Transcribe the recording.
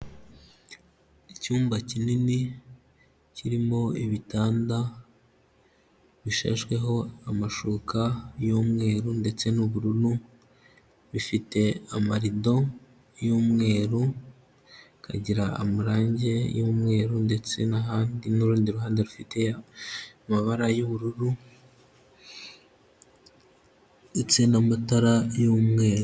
Icyumba kinini kirimo ibitanda bisheshweho amashuka y'umweru ndetse n'ubururu, bifite amarido y'umweru ikagira amarangi y'umweru ndetse n'urundi ruhandefite amabara y'ubururu ndetse n'amatara y'umweru.